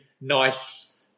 nice